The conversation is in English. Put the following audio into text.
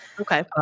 Okay